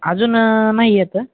अजून नाही आहेत